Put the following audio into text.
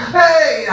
hey